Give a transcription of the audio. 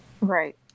Right